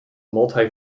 multi